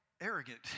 arrogant